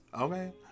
Okay